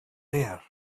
there